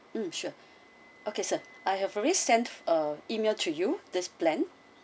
sure okay sir I have already sent a email to you this plan